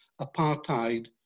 apartheid